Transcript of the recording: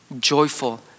joyful